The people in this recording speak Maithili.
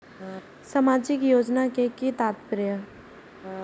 सामाजिक योजना के कि तात्पर्य?